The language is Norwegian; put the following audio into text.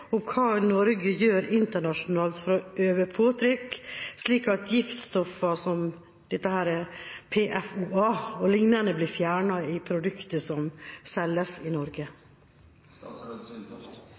om hva Norge gjør internasjonalt for å utøve påtrykk, slik at giftstoffer som PFOA o.l. blir fjernet i produkter som selges i Norge?